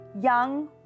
young